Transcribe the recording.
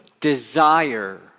desire